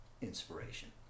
inspiration